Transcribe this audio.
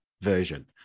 version